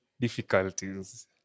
difficulties